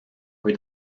kui